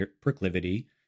proclivity